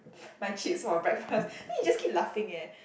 my chips for breakfast then he just keep laughing eh